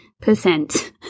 percent